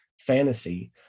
fantasy